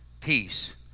peace